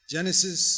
Genesis